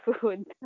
food